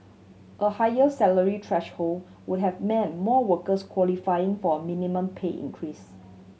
a higher salary threshold would have meant more workers qualifying for a minimum pay increase